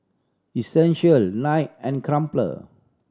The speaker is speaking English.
Essential Knight and Crumpler